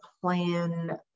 plan